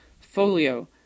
Folio